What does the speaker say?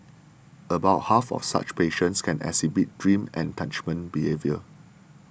about half of such patients can exhibit dream enactment behaviour